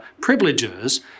privileges